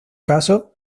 caso